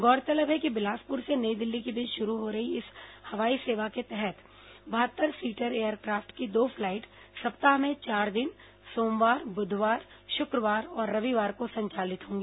गौरतलब है कि बिलासपुर से नई दिल्ली के बीच शुरू हो रही इस हवाई सेवा के तहत बहत्तर सीटर एयरक्राफ्ट की दो फ्लाईट सप्ताह में चार दिन सोमवार बुधवार शुक्रवार और रविवार को संचालित होंगी